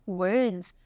words